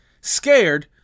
Scared